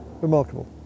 remarkable